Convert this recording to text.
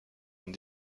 une